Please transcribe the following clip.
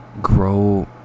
grow